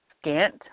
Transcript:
scant